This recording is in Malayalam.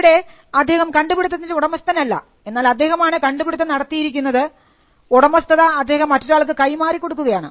ഇവിടെ അദ്ദേഹം കണ്ടുപിടുത്തത്തിൻറെ ഉടമസ്ഥൻ അല്ല എന്നാൽ അദ്ദേഹമാണ് കണ്ടുപിടുത്തം നടത്തിയിരിക്കുന്നത് ഉടമസ്ഥത അദ്ദേഹം മറ്റൊരാൾക്ക് കൈമാറി കൊടുക്കുകയാണ്